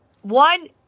One